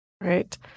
Right